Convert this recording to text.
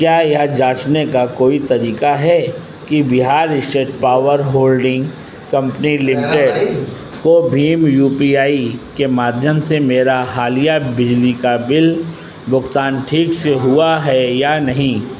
क्या यह जांचने का कोई तरीक़ा है कि Bihar state power holding company limited को भीम यू पी आई के माध्यम से मेरा हालिया बिजली का बिल भुगतान ठीक से हुआ है या नहीं